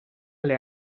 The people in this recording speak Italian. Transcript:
alle